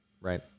right